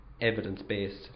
evidence-based